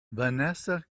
vanessa